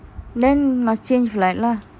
then must change flight lah